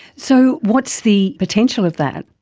so what's the potential of that?